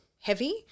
heavy